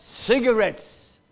cigarettes